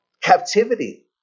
captivity